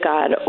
God